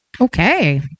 Okay